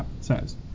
says